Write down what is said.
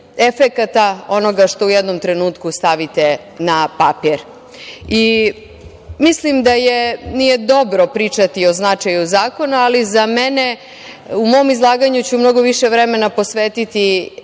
efekata onoga što u jednom trenutku stavite na papir. Mislim da je dobro pričati o značaju zakona, ali za mene, u mom izlaganju ću mnogo više vremena posvetiti